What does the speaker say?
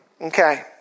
Okay